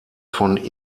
von